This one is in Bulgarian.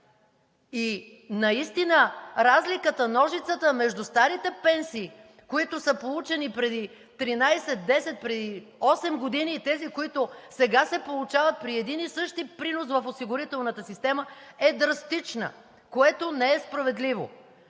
и наистина разликата, ножицата между старите пенсии, които са получени преди 13 – 10 – 8 години, и тези, които сега се получават при един и същ принос в осигурителната система, е драстична, което не е справедливо.